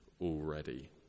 already